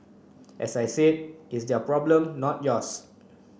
as I said it's their problem not yours